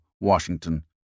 Washington